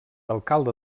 alcalde